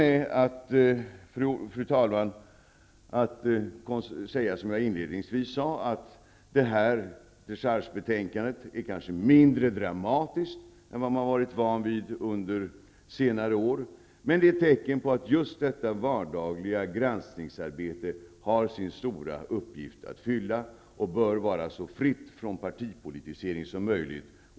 Jag avslutar anförandet med att säga vad jag inledningsvis sagt, nämligen att det här dechargebetänkandet kanske är mindre dramatiskt än man varit van vid under senare år. Det är ett tecken på att just detta vardagliga granskningsarbete har en stor uppgift att fylla och att det bör vara så fritt från partipolitisering som möjligt.